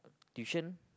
tuition